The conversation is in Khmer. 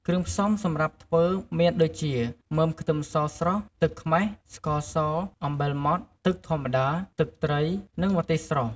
គ្រឿងផ្សំសម្រាប់ធ្វើមានដូចជា មើមខ្ទឹមសស្រស់ ទឹកខ្មេះ ស្ករស អំបិលម៉ដ្ឋ ទឹកធម្មតា ទឹកត្រី និងម្ទេសស្រស់។